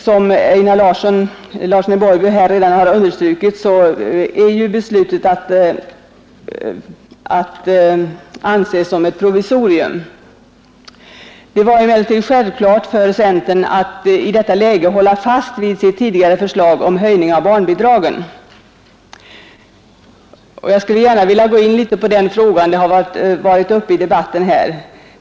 Som herr Larsson i Borrby redan understrukit är förslaget att betrakta som ett provisorium. Det var emellertid självklart för centern att i detta läge hålla fast vid sitt tidigare förslag om höjning av barnbidragen. Jag skulle gärna vilja gå in på den frågan, som har varit uppe till debatt här.